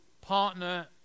partner